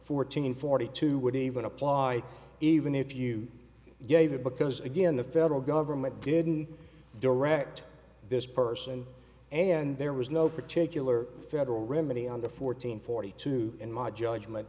fourteen forty two would even apply even if you gave it because again the federal government didn't direct this person and there was no particular federal remedy on the fourteen forty two in my judgment